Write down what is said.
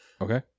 Okay